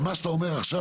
במה שאתה אומר עכשיו,